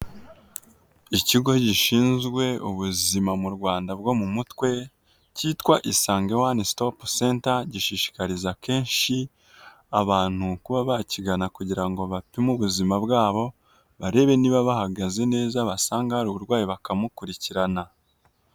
Ikigo gishinzwe ubuzima mu Rwanda bwo mu mutwe cyitwa isange wane sitopu senta, gishishikariza kenshi abantu kuba bakigana kugira ngo bapime ubuzima bwabo, barebe niba bahagaze neza basanga hari uburwayi bakamukurikirana.